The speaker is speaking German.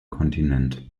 kontinent